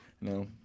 No